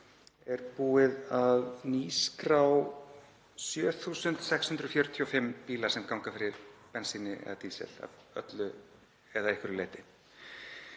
er búið að nýskrá 7.645 bíla sem ganga fyrir bensíni eða dísil að öllu eða einhverju leyti.